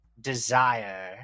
desire